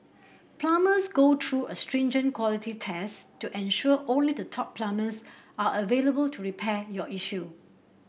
plumbers go through a stringent quality test to ensure only the top plumbers are available to repair your issue